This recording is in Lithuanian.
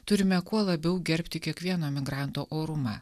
turime kuo labiau gerbti kiekvieno migranto orumą